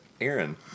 Aaron